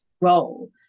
role